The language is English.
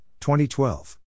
2012